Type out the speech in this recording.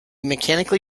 mechanically